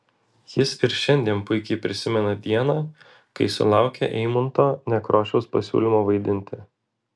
jis ir šiandien puikiai prisimena dieną kai sulaukė eimunto nekrošiaus pasiūlymo vaidinti